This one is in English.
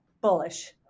Bullish